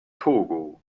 togo